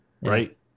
Right